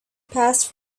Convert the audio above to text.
passed